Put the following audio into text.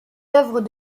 œuvres